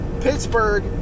Pittsburgh